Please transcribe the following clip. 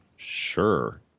Sure